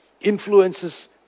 influences